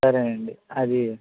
సరే అండి